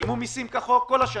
הם שילמו מיסים כחוק כל השנים,